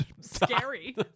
scary